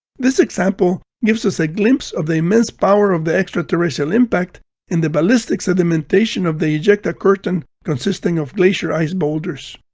this example gives us a glimpse of the immense power of the extraterrestrial impact and the ballistic sedimentation of the ejecta curtain consisting of glacier ice boulders.